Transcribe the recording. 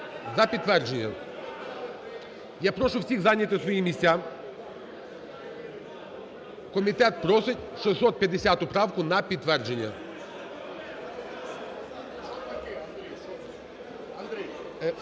за підтвердження. Я прошу всіх зайняти свої місця, комітет просить 650 правку на підтвердження.